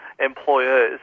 employers